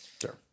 sure